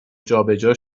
جابجا